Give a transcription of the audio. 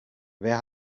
wer